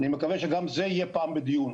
אני מקווה שגם זה יהיה פעם בדיון,